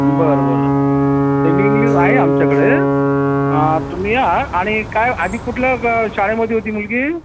बरं बरं सेमीइंग्लिश आहे आमच्याकडे तुम्ही या आणि काय आधी कुठल्या ग शाळेमध्ये होती मुलगी